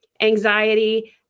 anxiety